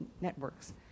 networks